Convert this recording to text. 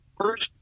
First